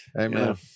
Amen